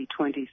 2020